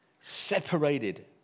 separated